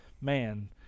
man